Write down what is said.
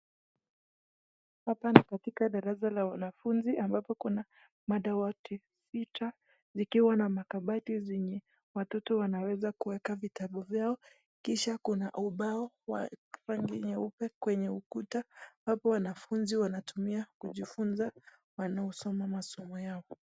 Hapa ni katika darasa la wanafunzi ambapo kuna madawati, picha, zikiwa na makabati zenye watoto wanaweza kuweka vitabu zao, kisha kuna ubao wa rangi nyeupe kwenye ukuta ambapo wanafunzi wanatumia kujifunza wanaosoma masomo yao.